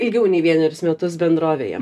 ilgiau nei vienerius metus bendrovėje